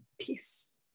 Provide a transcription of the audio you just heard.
peace